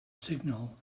signal